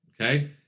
okay